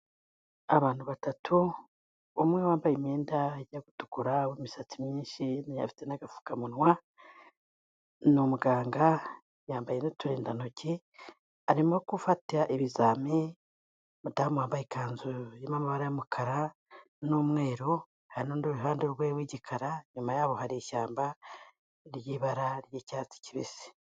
Abantu batatu umwe wambaye imyenda ijya gutukura, w'imisatsi myinshi, afite n'agapfukamunwa n'umuganga, yambaye n'uturindantoki arimo gufata ibizame, umadamu wambaye ikanzu y'amabara y'umukara n'umweru, hari n'undi iruhande rwe w'igikara, inyuma yaho hari ishyamba ry'ibara ry'icyatsi kibisi.